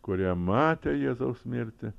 kurie matė jėzaus mirtį